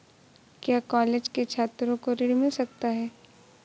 क्या कॉलेज के छात्रो को ऋण मिल सकता है?